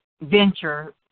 venture